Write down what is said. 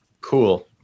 Cool